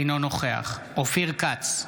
אינו נוכח אופיר כץ,